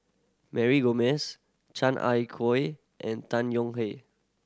Mary Gomes Chan Ah and Tan Yong Hye